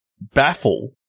baffle